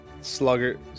Slugger